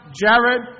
Jared